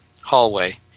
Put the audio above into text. hallway